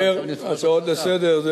הצעות לסדר-היום,